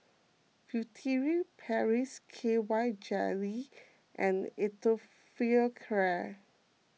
Furtere Paris K Y Jelly and Atopiclair